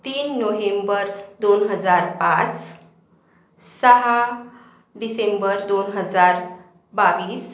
तीन नोव्हेंबर दोन हजार पाच सहा डिसेंबर दोन हजार बावीस